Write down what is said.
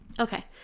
Okay